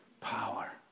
power